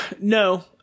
No